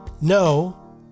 no